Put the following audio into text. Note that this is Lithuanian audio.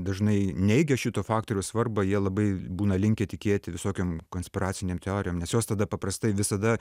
dažnai neigia šito faktoriaus svarbą jie labai būna linkę tikėti visokiom konspiracinėm teorijom nes jos tada paprastai visada